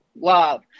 love